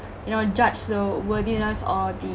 you know judge the worthiness or the